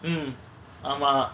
mm ஆமா:aama